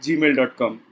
Gmail.com